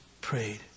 prayed